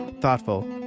thoughtful